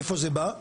מאיפה זה בא?